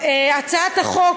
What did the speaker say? (תיקון מס' 15). הצעת החוק,